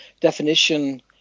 definition